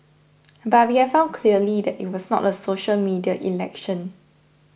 but we have found clearly that it was not a social media election